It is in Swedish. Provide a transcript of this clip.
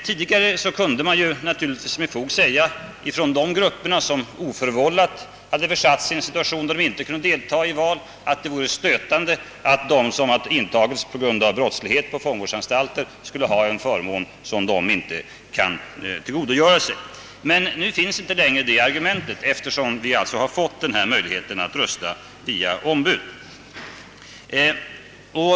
Dessa grupper kunde naturligtvis då med fog anföra att det vore stötande att de som har intagits på fångvårdsanstalter på grund av brottslighet skulle ha en förmån som rörelsehindrade med flera inte kunde tillgodogöra sig. Nu finns inte längre fog för detta argument, eftersom det nu är möjligt att rösta via ombud.